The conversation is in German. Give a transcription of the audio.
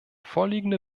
vorliegende